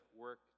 work